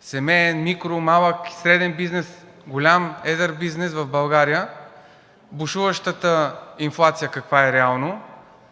семеен, микро-, малък и среден бизнес, голям, едър бизнес в България и каква е бушуващата инфлация реално.